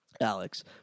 Alex